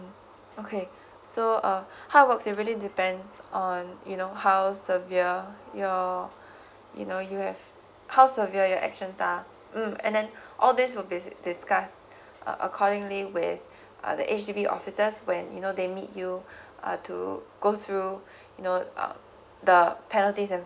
okay so uh how it works it really depends on you know how severe your you know you have how severe your actions are mm and then all this will be discussed uh accordingly with uh the H_D_B officers when you know they meet you uh to go through you know uh the penalties and